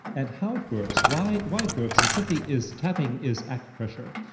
and how it works, why why it works is simply is tapping is acupressure.